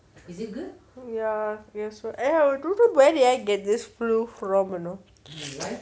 ya we're so eh I google where did I get this flu from you know